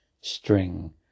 string